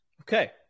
Okay